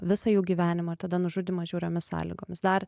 visą jų gyvenimą tada nužudymas žiauriomis sąlygomis dar